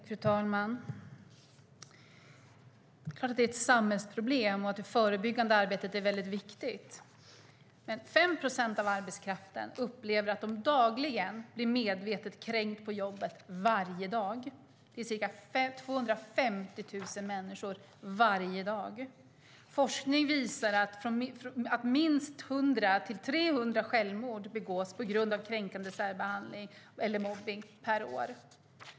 Fru talman! Det är klart att det är ett samhällsproblem och att det förebyggande arbetet är viktigt. 5 procent av arbetskraften upplever att de dagligen blir medvetet kränkta på jobbet. Det är ca 250 000 människor som upplever detta varje dag. Forskning visar att mellan 100 och 300 självmord per år begås på grund av kränkande särbehandling eller mobbning.